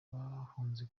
bahunze